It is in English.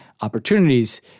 opportunities